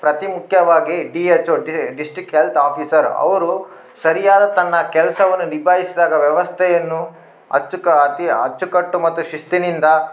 ಅತಿ ಮುಖ್ಯವಾಗಿ D H O district health officer ಅವರು ಸರಿಯಾದ ತನ್ನ ಕೆಲಸವನ್ನು ನಿಭಾಯಿಸಿದಾಗ ವ್ಯವಸ್ಥೆಯನ್ನು ಅಚ್ಚು ಕ ಅತೀ ಅಚ್ಚುಕಟ್ಟು ಮತ್ತು ಶಿಸ್ತಿನಿಂದ